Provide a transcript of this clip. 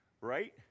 Right